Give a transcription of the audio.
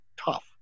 tough